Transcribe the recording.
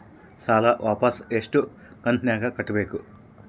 ಸಾಲ ವಾಪಸ್ ಎಷ್ಟು ಕಂತಿನ್ಯಾಗ ಕಟ್ಟಬೇಕು?